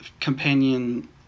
companion